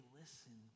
listen